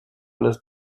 alles